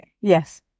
Yes